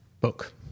book